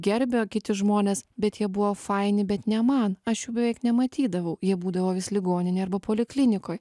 gerbia kiti žmonės bet jie buvo faini bet ne man aš jų beveik nematydavau jie būdavo vis ligoninėj arba poliklinikoj